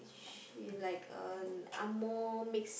she like an angmoh mix